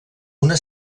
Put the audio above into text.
una